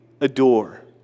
adore